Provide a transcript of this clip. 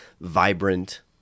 vibrant